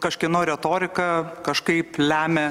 kažkieno retorika kažkaip lemia